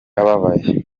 ababaye